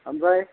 ओमफ्राय